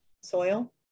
soil